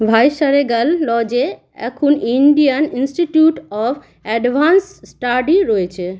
viceregal লজে এখন Indian Institute of Advance Study রয়েছে